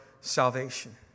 salvation